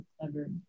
clever